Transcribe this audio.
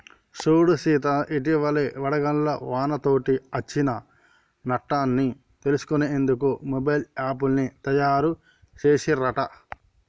సూడు సీత ఇటివలే వడగళ్ల వానతోటి అచ్చిన నట్టన్ని తెలుసుకునేందుకు మొబైల్ యాప్ను తాయారు సెసిన్ రట